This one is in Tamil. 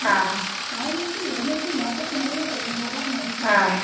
ஆ ஆ